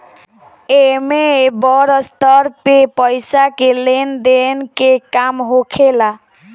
एमे बड़ स्तर पे पईसा के लेन देन के काम होखेला